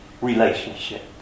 relationship